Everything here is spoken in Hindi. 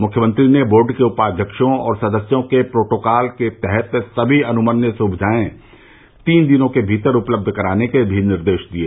मुख्यमंत्री ने बोर्ड के उपाध्यक्षों और सदस्यों को प्रोटोकाल के तहत सभी अनुमन्य सुविधायें तीन दिनों के भीतर उपलब्ध कराने के निर्देश भी दिये